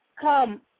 come